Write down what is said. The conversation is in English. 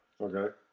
Okay